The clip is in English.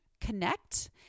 connect